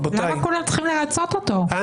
למה כולם צריכים לרצות אותו?